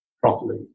properly